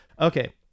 Okay